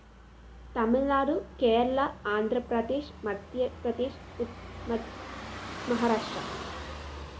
Tamil Nadu Kerala Andhra Pradesh Madhya Pradesh Maharashtra